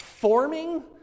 Forming